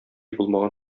булмаган